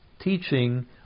teaching